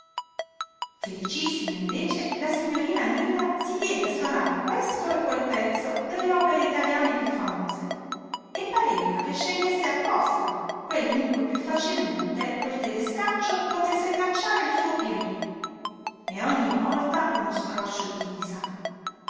felicissima invece la signorina milla si diede a sonare questo e quel pezzo delle opere italiane piú famose e pareva che scegliesse apposta quelli in cui piú facilmente quel tedescaccio potesse cacciare il suo pirolí e ogni volta uno scroscio di risa